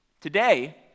Today